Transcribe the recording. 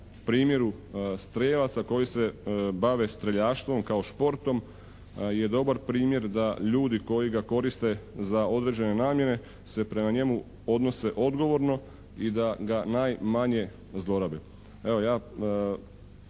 primjeru strijelaca koji se bave streljaštvom kao športom je dobar primjer da ljudi koji ga koriste za određene namjene se prema njemu odnose odgovorno i da ga najmanje zlorabe.